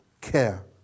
care